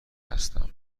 هستم